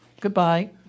Goodbye